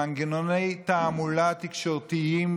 מנגנוני תעמולה תקשורתיים,